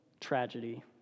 tragedy